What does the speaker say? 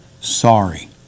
sorry